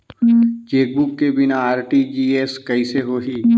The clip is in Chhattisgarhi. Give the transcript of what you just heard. चेकबुक के बिना आर.टी.जी.एस कइसे होही?